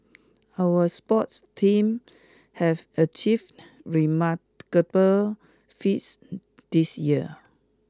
our sports teams have achieved remarkable feats this year